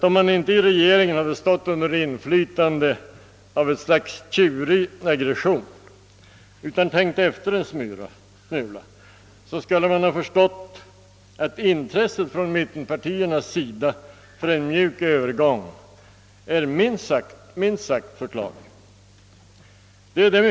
Om inte regeringsledamöterna stått under inflytande av ett slags tjurig aggression utan tänkt efter en smula så skulle de ha förstått att mittenpartiernas intresse av en mjuk övergång är minst sagt förklarligt.